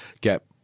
get